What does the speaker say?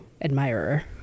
admirer